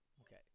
Okay